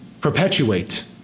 perpetuate